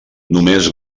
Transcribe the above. només